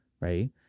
right